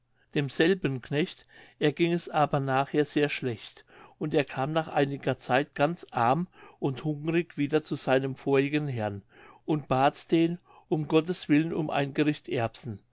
demselben knecht erging es aber nachher sehr schlecht und er kam nach einiger zeit ganz arm und hungrig wieder zu seinem vorigen herrn und bat den um gotteswillen um ein gericht erbsen